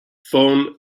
phone